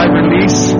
release